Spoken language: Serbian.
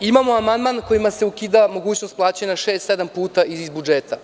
Imamo amandman kojim se ukida mogućnost plaćanja šest, sedam puta iz budžeta.